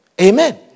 Amen